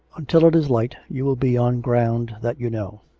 until it is light you will be on ground that you know.